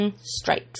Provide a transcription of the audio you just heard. strikes